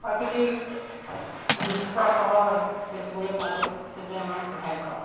প্ৰাকৃতিক দৃশ্য সহ দেখিবলৈ পালোঁ সেইটোৱে আমাৰ সৌভাগ্য